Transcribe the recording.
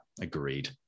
Agreed